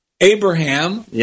Abraham